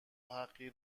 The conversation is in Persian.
حقی